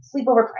sleepover